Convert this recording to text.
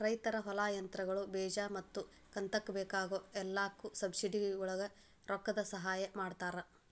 ರೈತರ ಹೊಲಾ, ಯಂತ್ರಗಳು, ಬೇಜಾ ಮತ್ತ ಕಂತಕ್ಕ ಬೇಕಾಗ ಎಲ್ಲಾಕು ಸಬ್ಸಿಡಿವಳಗ ರೊಕ್ಕದ ಸಹಾಯ ಮಾಡತಾರ